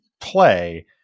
play